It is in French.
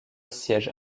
siège